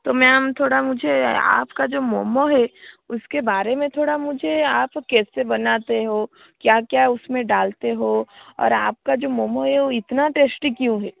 तो मैम थोड़ा मुझे आपका जो मोमो है उसके बारे में थोड़ा मुझे आप कैसे बनाते हो क्या क्या उसमें डालते हो और आपका जो मोमो है वो इतना टेश्टी क्यों है